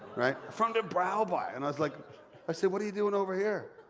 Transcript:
from the brough by, and like i said, what are you doing over here?